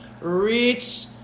Reach